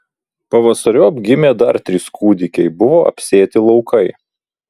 pavasariop gimė dar trys kūdikiai buvo apsėti laukai